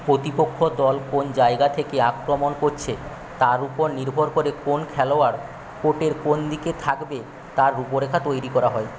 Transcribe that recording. প্রতিপক্ষ দল কোন জায়গা থেকে আক্রমণ করছে তার ওপর নির্ভর করে কোন খেলোয়াড় কোর্টের কোন দিকে থাকবে তার রূপরেখা তৈরি করা হয়